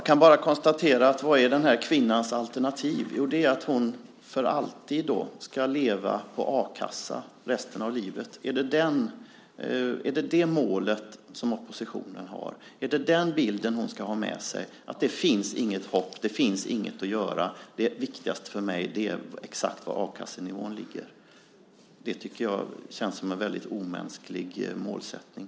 Fru talman! Jag kan bara fråga: Vad är den här kvinnans alternativ? Jo, det är att hon för alltid, att hon resten av livet, ska leva på a-kassa. Är detta det mål som oppositionen har? Ska hon ha med sig bilden att det inte finns något hopp - att det inte finns något att göra - utan att det viktigaste är att veta exakt var a-kassenivån ligger? Det tycker jag känns som en väldigt omänsklig målsättning.